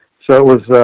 so it was a,